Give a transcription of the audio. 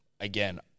Again